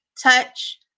touch